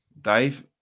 Dave